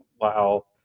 Wow